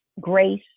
Grace